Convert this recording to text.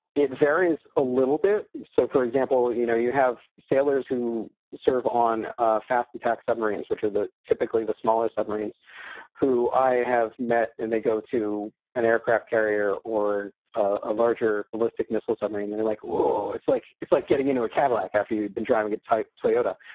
it varies a little bit. so, for example, you know, you have sailors who serve on fast attack submarines, which are the typically the smaller submarines who i have met, and they go to an aircraft carrier or a larger ballistic missile submarine they're like, whoa, it's like it's like getting into a cadillac after you've been driving a toyota.